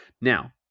Now